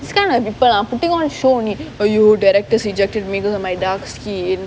this kind of people ah putting on show only !aiyo! directors rejected me because my dark skin